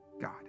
God